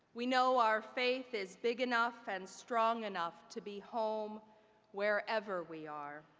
we know our faith is big enough and strong enough to be home wherever we are,